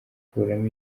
akuramo